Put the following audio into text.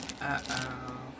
Uh-oh